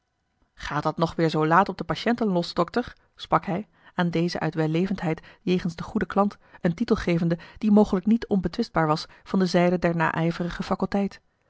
gaat dat nog weêr zoo laat op de patiënten los dokter sprak hij aan dezen uit wellevendheid jegens den goeden klant een titel gevende die mogelijk niet onbetwistbaar was van de zijde